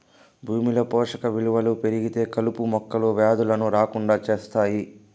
భూమిలో పోషక విలువలు పెరిగితే కలుపు మొక్కలు, వ్యాధులను రాకుండా చేత్తాయి